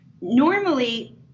normally